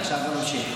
עכשיו בוא נמשיך.